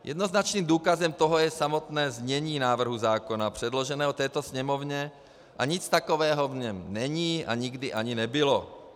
Jednoznačným důkazem toho je samotné znění návrhu zákona předloženého této Sněmovně a nic takového v něm není a nikdy ani nebylo.